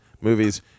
movies